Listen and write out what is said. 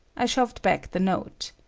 i shoved back the note.